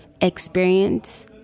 experience